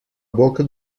boca